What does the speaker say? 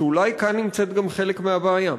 ואולי כאן נמצא גם חלק מהבעיה.